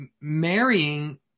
marrying